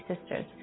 sisters